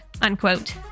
Unquote